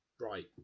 Right